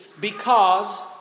because